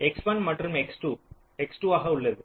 X1 மற்றும் X2 X2 ஆக உள்ளது